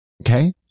Okay